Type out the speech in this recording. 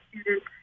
students